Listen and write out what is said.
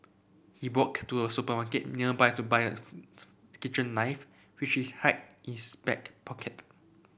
he walked to a supermarket nearby to buy a kitchen knife which he hid in his back pocket